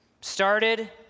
Started